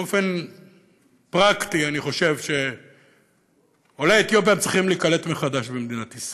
באופן פרקטי אני חושב שעולי אתיופיה צריכים להיקלט מחדש במדינת ישראל,